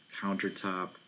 countertop